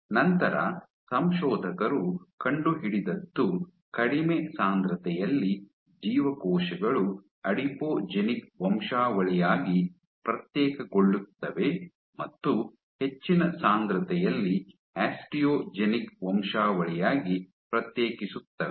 ನಂತರ ಸಂಶೋಧಕರು ಕಂಡುಹಿಡಿದದ್ದು ಕಡಿಮೆ ಸಾಂದ್ರತೆಯಲ್ಲಿ ಜೀವಕೋಶಗಳು ಅಡಿಪೋಜೆನಿಕ್ ವಂಶಾವಳಿಯಾಗಿ ಪ್ರತ್ಯೇಕಗೊಳ್ಳುತ್ತವೆ ಮತ್ತು ಹೆಚ್ಚಿನ ಸಾಂದ್ರತೆಯಲ್ಲಿ ಆಸ್ಟಿಯೋಜೆನಿಕ್ ವಂಶಾವಳಿಯಾಗಿ ಪ್ರತ್ಯೇಕಿಸುತ್ತವೆ